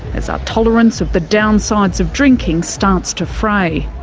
as our tolerance of the downsides of drinking starts to fray.